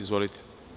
Izvolite.